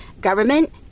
government